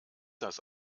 das